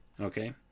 Okay